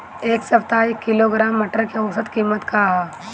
एक सप्ताह एक किलोग्राम मटर के औसत कीमत का ह?